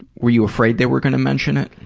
were you afraid they were going to mention it?